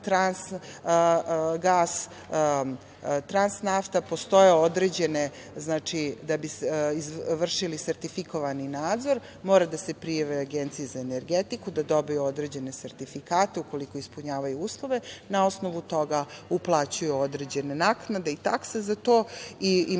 Transgas, Transnafta, da bi se vršili sertifikovani nadzor, mora da se prijave Agenciji za energetiku, da dobiju određene sertifikate. Ukoliko ispunjavaju uslove, na osnovu toga uplaćuju određene naknade i takse za to i imaju